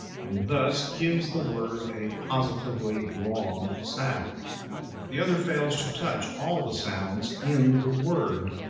and thus gives the word a positively wrong sound the other fails to touch all the sounds in the word,